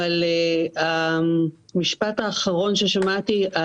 המשפט האחרון ששמעתי,